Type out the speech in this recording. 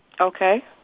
Okay